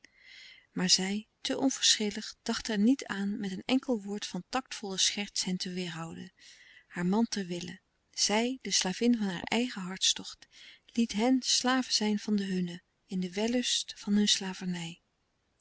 maar zij te onverschillig dacht er niet aan louis couperus de stille kracht met een enkel woord van tactvolle scherts hen te weêrhouden haar man te wille zij de slavin van haar eigen hartstocht liet hen slaven zijn van den hunne in de wellust van hun slavernij